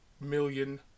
million